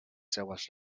seues